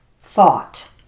thought